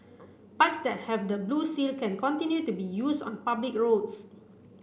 bikes that have the blue seal can continue to be used on public roads